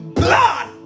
blood